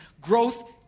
Growth